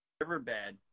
riverbed